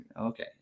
okay